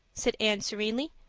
said anne serenely.